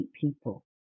people